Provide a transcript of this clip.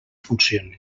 funcionen